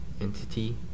Entity